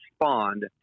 respond